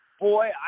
boy